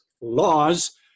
laws